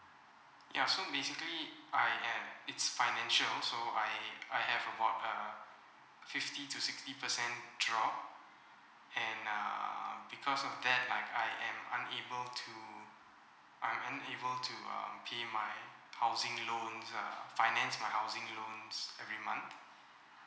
ya so basically I had it's financial so I I have about uh fifty to sixty percent drop and err because of that Iike I am unable to I'm unable to um pay my housing loans uh finance my housing loans every month